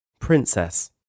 Princess